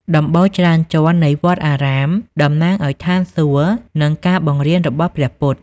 ដំបូលច្រើនជាន់នៃវត្តអារាមតំណាងឱ្យឋានសួគ៌និងការបង្រៀនរបស់ព្រះពុទ្ធ។